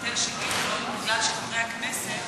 בשבוע שעבר היושב-ראש ביטל שאילתות מפני שחברי הכנסת,